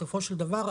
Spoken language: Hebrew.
בסופו של דבר,